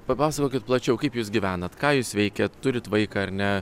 papasakokit plačiau kaip jūs gyvenat ką jūs veikiat turit vaiką ar ne